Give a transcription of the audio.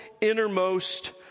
innermost